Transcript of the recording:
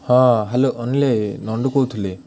ହଁ ହ୍ୟାଲୋ ଅନିଲ ନଣ୍ଡୁ କହୁଥିଲେ